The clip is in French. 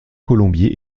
colombier